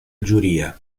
giuria